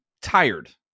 tired